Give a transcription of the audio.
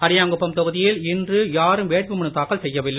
அரியாங்குப்பம் தொகுதியில் இன்று யாரும் வேட்பு மனு தாக்கல் செய்யவில்லை